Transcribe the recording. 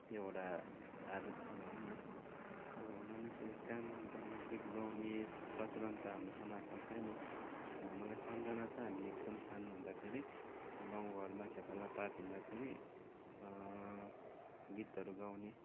त्यो एउटा आदत छ भनौँ न मानिसले काम गर्दा लोक गीत गाउने प्रचलन त हाम्रो समाजमा छैन मलाई सम्झना छ हामी एकदम सानो हुँदाखेरि गाउँ घरमा खेताला पात हिड्दाखेरि गीतहरू गाउने